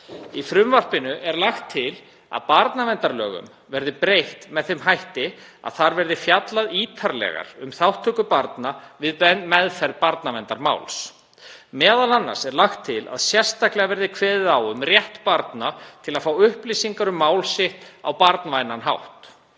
Í frumvarpinu er lagt til að barnaverndarlögum verði breytt með þeim hætti að þar verði fjallað ítarlegar um þátttöku barna við meðferð barnaverndarmála. Meðal annars er lagt til að sérstaklega verði kveðið á um rétt barna til að fá upplýsingar um mál sitt á barnvænan hátt.